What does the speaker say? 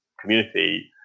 community